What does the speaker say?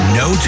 no